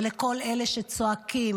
ולכל אלה שצועקים: